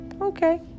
okay